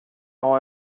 all